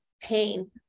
pain